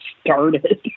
started